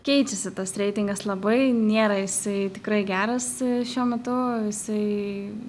keičiasi tas reitingas labai nėra jisai tikrai geras šiuo metu jisai